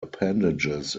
appendages